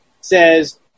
says